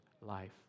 life